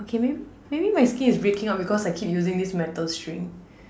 okay maybe maybe my skin is breaking out because I keep using this metal string